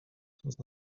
początek